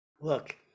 Look